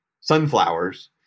sunflowers